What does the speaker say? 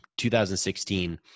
2016